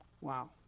Wow